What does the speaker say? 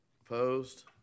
Opposed